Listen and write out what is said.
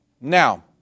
Now